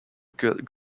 gods